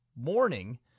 morning